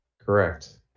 correct